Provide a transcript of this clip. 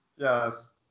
Yes